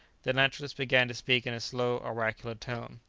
the naturalist began to speak in a slow, oracular tone.